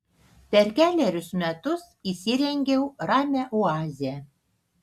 per kelerius metus įsirengiau ramią oazę